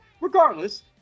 Regardless